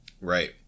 Right